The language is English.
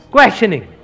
Questioning